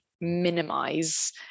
minimize